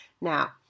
Now